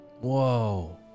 whoa